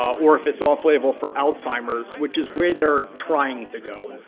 or if it's off label for alzheimer's, which is where they're trying to go.